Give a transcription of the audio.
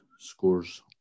scores